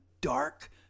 dark